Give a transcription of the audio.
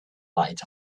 light